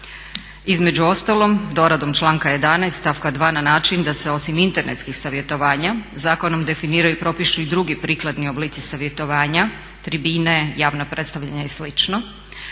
Između ostalog doradom članka 11.stavka 2.na način da se osim internetskih savjetovanja zakonom definiraju i propišu i drugi prikladni oblici savjetovanja, tribine, javna predstavljanja i